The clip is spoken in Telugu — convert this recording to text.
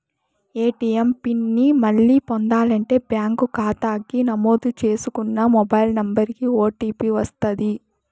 ఏ.టీ.యం పిన్ ని మళ్ళీ పొందాలంటే బ్యాంకు కాతాకి నమోదు చేసుకున్న మొబైల్ నంబరికి ఓ.టీ.పి వస్తది